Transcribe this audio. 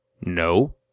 No